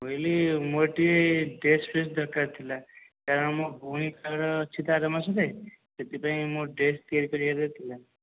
ବୋଇଲେ ମୋର ଟିକିଏ ଡ୍ରେସ୍ ଫ୍ରେସ୍ ଦରକାର ଥିଲା କାରଣ ମୋ ଭଉଣୀ ବାହାଘର ଅଛି ତ ଆର ମାସରେ ସେଥିପାଇଁ ମୋର ଡ୍ରେସ୍ ତିଆରି କରିବାର ଥିଲା